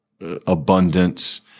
abundance